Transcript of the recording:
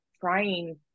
trying